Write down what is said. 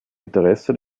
interesse